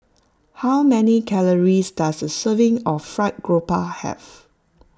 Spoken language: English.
how many calories does a serving of Fried Grouper have